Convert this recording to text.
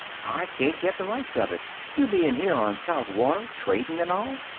i can't get the rights of it, you being here on south water, tradin' and all.